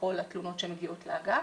בכל התלונות שמגיעות לאגף,